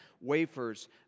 wafers